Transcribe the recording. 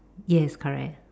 yes correct